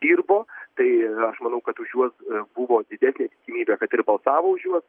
dirbo tai aš manau kad už juos buvo didesnė tikimybė kad ir balsavo už juos